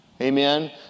Amen